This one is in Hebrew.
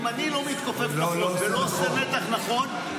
אם אני לא מתכופף נכון ולא עושה מתח נכון,